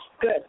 good